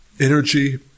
energy